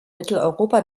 mitteleuropa